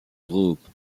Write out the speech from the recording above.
groupe